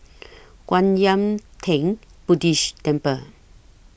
Kwan Yam Theng Buddhist Temple